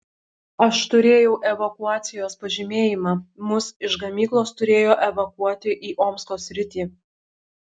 aš turėjau evakuacijos pažymėjimą mus iš gamyklos turėjo evakuoti į omsko sritį